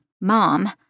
Mom